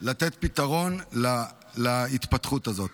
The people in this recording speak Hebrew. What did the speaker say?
לתת פתרון להתפתחות הזאת.